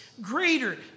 greater